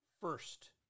First